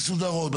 מסודרות,